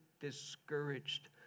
discouraged